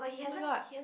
[oh]-my-god